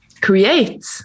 Create